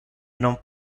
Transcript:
non